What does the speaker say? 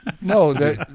No